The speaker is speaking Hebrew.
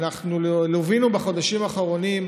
בחודשים האחרונים,